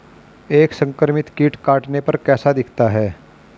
एक संक्रमित कीट के काटने पर कैसा दिखता है?